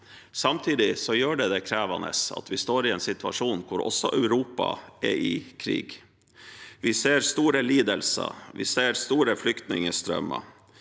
Samtidig gjør det det krevende at vi står i en situasjon hvor også Europa er i krig. Vi ser store lidelser, vi ser store flyktningstrømmer.